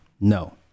no